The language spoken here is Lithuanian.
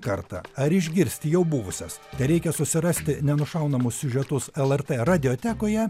kartą ar išgirsti jau buvusias tereikia susirasti nenušaunamus siužetus lrt radiotekoje